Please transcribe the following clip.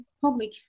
public